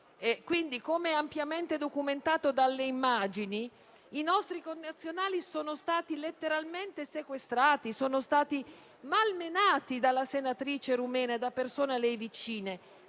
Come ampiamente documentato dalle immagini, i nostri connazionali sono stati letteralmente sequestrati e malmenati dalla senatrice rumena e da persone a lei vicine,